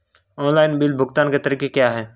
Online bill भुगतान के तरीके क्या हैं?